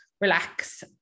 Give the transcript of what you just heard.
relax